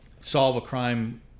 solve-a-crime